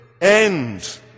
end